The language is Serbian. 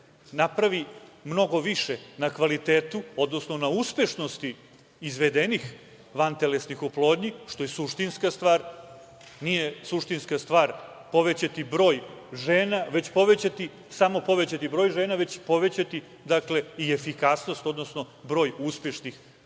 napravi mnogo više na kvalitetu, odnosno na uspešnosti izvedenih vantelesnih oplodnji, što je suštinska stvar. Nije suštinska stvar povećati broj žena, već povećati, samo povećati broj žena, već povećati i efikasnost, odnosno broj uspešnih vantelesnih